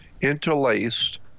interlaced